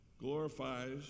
glorifies